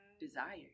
desire